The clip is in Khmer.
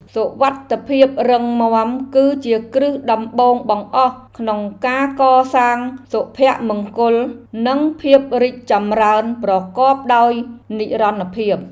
សុវត្ថិភាពរឹងមាំគឺជាគ្រឹះដំបូងបង្អស់ក្នុងការកសាងសភមង្គលនិងភាពរីកចម្រើនប្រកបដោយនិរន្តរភាព។